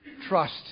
trust